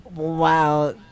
Wow